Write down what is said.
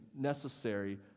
necessary